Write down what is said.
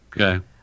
Okay